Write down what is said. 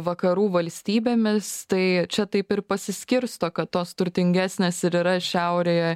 vakarų valstybėmis tai čia taip ir pasiskirsto kad tos turtingesnės ir yra šiaurėje